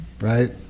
right